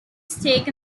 stake